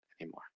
anymore